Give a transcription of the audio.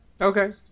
Okay